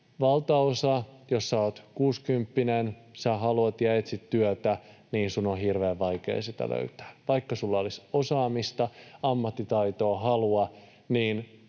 kuusikymppinen, sinä haluat ja etsit työtä — on hirveän vaikea työtä löytää. Vaikka sinulla olisi osaamista, ammattitaitoa ja halua,